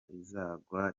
izagwa